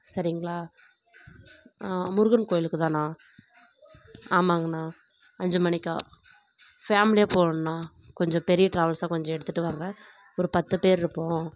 சரிங்களா முருகன் கோயிலுக்குதாண்ணா ஆமாங்கண்ணா அஞ்சு மணிக்கா ஃபேம்லியாக போகிறோண்ணா கொஞ்சம் பெரிய டிராவல்ஸாக கொஞ்சம் எடுத்துகிட்டு வாங்க ஒரு பத்து பேரிருப்போம்